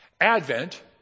Advent